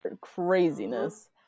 craziness